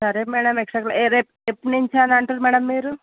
సరే madam extra class రేపు ఎప్పుడు నుంచి అని అంటున్నారు మ్యాడమ్ మీరు